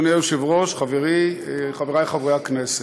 אדוני היושב-ראש, חברי חברי הכנסת,